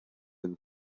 and